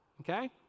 okay